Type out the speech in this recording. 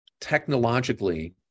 Technologically